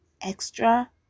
extra